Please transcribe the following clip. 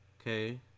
Okay